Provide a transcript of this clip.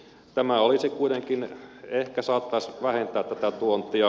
tämä kuitenkin ehkä saattaisi vähentää tätä tuontia